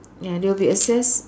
ya they will be assessed